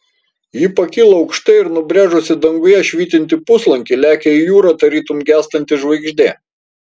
ji pakyla aukštai ir nubrėžusi danguje švytintį puslankį lekia į jūrą tarytum gęstanti žvaigždė